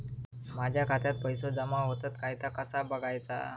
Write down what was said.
माझ्या खात्यात पैसो जमा होतत काय ता कसा बगायचा?